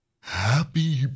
Happy